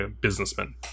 businessman